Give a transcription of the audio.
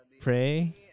pray